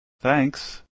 Thanks